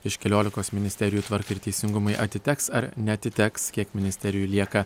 iš keliolikos ministerijų tvarkai ir teisingumui atiteks ar neatiteks kiek ministerijų lieka